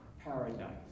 paradise